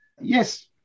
Yes